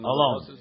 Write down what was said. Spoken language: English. Alone